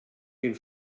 den